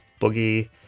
Boogie